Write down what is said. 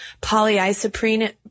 polyisoprene